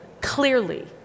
clearly